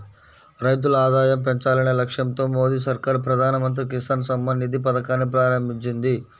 రైతుల ఆదాయం పెంచాలనే లక్ష్యంతో మోదీ సర్కార్ ప్రధాన మంత్రి కిసాన్ సమ్మాన్ నిధి పథకాన్ని ప్రారంభించింది